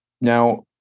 Now